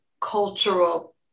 cultural